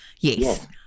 Yes